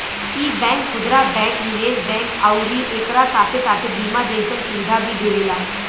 इ बैंक खुदरा बैंक, निवेश बैंक अउरी एकरा साथे साथे बीमा जइसन सुविधा भी देवेला